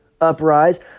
uprise